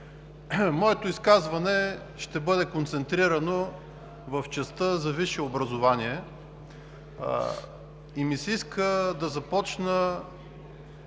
Моето изказване ще бъде концентрирано в частта за висшето образование. Иска ми се да започна